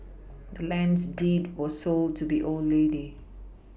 the land's deed was sold to the old lady